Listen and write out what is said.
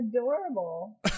Adorable